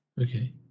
Okay